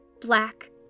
black